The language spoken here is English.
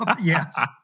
Yes